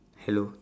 hello